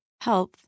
health